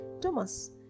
Thomas